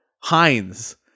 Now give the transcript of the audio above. Heinz